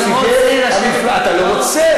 נציגי המפלגות, לא רוצה לשבת.